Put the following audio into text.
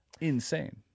insane